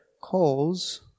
calls